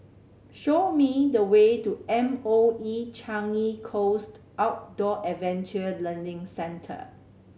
show me the way to M O E Changi Coast Outdoor Adventure Learning Centre